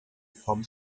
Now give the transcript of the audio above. vom